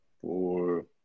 four